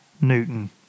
Newton